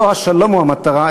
לא השלום הוא המטרה,